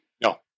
No